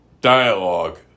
dialogue